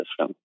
system